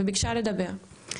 וביקשה לדבר.